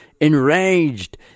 Enraged